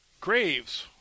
graves